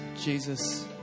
Jesus